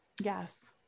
Yes